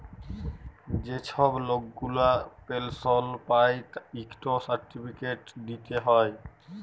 যে ছব লক গুলা পেলশল পায় ইকট সার্টিফিকেট দিতে হ্যয়